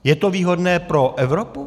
Je to výhodné pro Evropu?